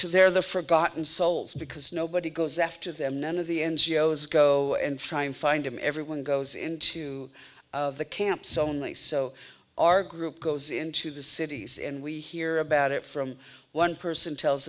they're the forgotten souls because nobody goes after them none of the ngos go and try and find him everyone goes into the camps only so our group goes into the cities and we hear about it from one person tells